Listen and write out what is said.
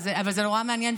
אבל זה נורא מעניין,